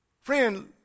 Friend